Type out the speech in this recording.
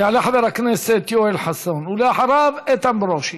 יעלה חבר הכנסת יואל חסון, ואחריו, איתן ברושי.